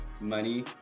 money